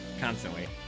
constantly